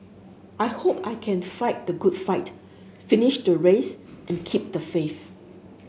I hope I can to fight the good fight finish the race and keep the faith